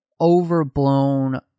overblown